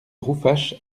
rouffach